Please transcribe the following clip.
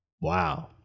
Wow